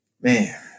Man